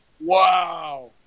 Wow